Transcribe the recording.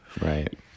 Right